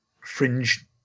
fringe